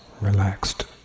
relaxed